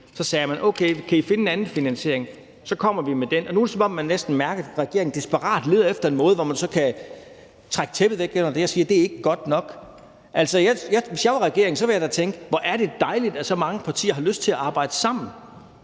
Så sagde man: Okay, hvis I kan finde en anden finansiering, så kom med den. Nu er det, som om regeringen nærmest desperat leder efter en måde, hvorpå man så kan trække tæppet væk under os og sige: Det er ikke godt nok. Hvis jeg var regering, ville jeg da tænke: Hvor er det dejligt, at så mange partier har lyst til at arbejde sammen